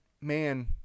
man